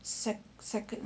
sec second